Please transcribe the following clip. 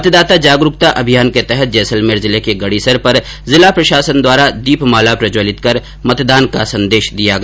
मतदाता जागरूरता अभियान के तहत जैसलमेर जिले के गढीसर पर जिला प्रशासन द्वारा दीप माला प्रज्जवलित कर मतदान का संदेश दिया गया